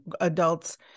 adults